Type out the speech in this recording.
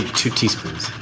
two teaspoons